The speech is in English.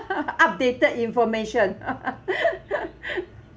updated information